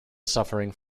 suffering